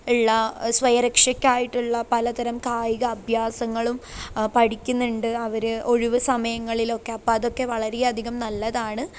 ഉള്ള സ്വയ രക്ഷക്കായിട്ടുള്ള പലതരം കായികാഭ്യാസങ്ങളും പഠിക്കുന്നുണ്ട് അവർ ഒഴിവ് സമയങ്ങളിലൊക്കെ അപ്പം അതൊക്കെ വളരെ അധികം നല്ലതാണ്